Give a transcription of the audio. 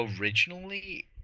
originally